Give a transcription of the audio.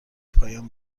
پایان